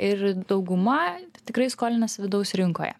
ir dauguma tikrai skolinasi vidaus rinkoje